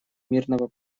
мирного